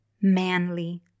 manly